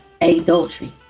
adultery